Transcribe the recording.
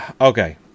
Okay